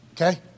okay